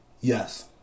Yes